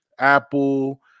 Apple